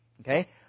Okay